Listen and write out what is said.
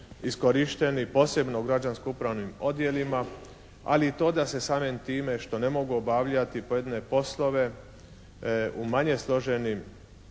iskorišteni posebno u građansko-upravnim odjelima, a i to da se samim time što ne mogu obavljati pojedine poslove u manje složenim